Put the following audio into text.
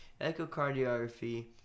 Echocardiography